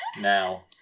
now